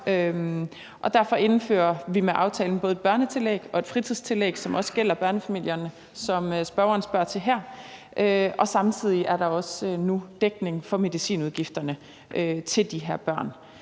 derfor indfører vi med aftalen både et børnetillæg og et fritidstillæg, som også gælder børnefamilierne, som spørgeren spørger til her. Og samtidig er der nu også dækning for medicinudgifterne til de her børn.